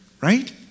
right